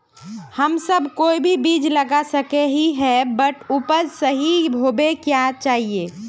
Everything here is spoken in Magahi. हम सब कोई भी बीज लगा सके ही है बट उपज सही होबे क्याँ चाहिए?